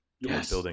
Yes